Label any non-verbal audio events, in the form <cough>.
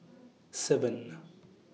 <noise> seven